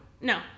No